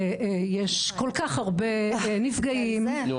יש כל כך הרבה נפגעים --- נו,